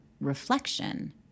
reflection